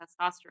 testosterone